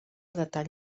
detall